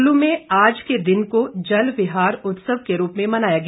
कुल्लू में आज के दिन को जल विहार उत्सव के रूप में मनाया गया